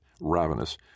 Ravenous